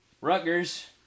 Rutgers